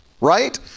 right